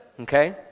Okay